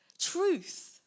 truth